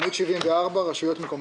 עמוד 74, רשויות מקומיות.